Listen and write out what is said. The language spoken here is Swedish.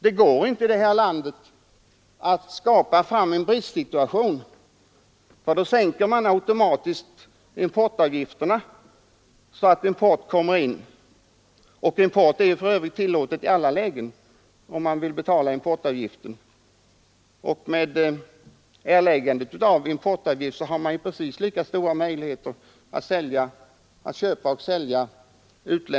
Det går inte heller att konstlat skapa en bristsituation, för då sänks automatiskt importavgifterna. Och import är för övrigt tillåten i alla lägen, mot erläggande av importavgift.